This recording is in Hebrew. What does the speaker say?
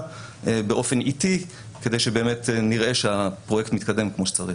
באופן עתי כדי שבאמת נראה שהפרויקט מתקדם כמו שצריך.